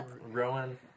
Rowan